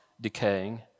decaying